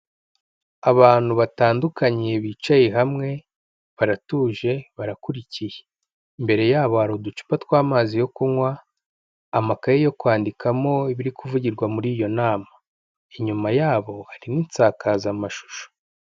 Abantu batandukanye bicaye hamwe, baratuje, barakurikiye, imbere yabo hari uducupa tw'amazi yo kunywa, amakaye yo kwandikamo ibiri kuvugirwa muri iyo nama. Inyuma yabo hari n'insakazamashusho.